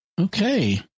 Okay